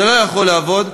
זה לא יכול לעבוד.